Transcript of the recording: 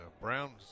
Brown's